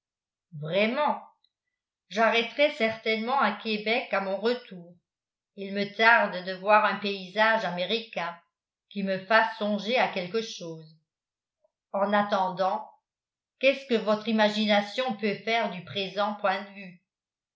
vraiment j'arrêterai certainement à québec à mon retour il me tarde de voir un paysage américain qui me fasse songer à quelque chose en attendant qu'est-ce que votre imagination peut faire du présent point de vue